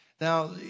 Now